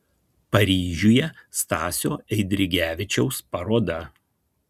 paryžiuje stasio eidrigevičiaus paroda